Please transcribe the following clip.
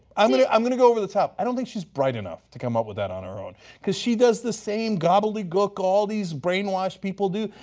i'm going i'm going to go over the top, i don't think she's bright enough to come up with that on her own because she does the same gobbledygook of all these brainwashed people do.